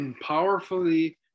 powerfully